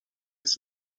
its